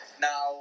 Now